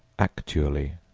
actually,